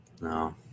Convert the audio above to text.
No